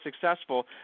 successful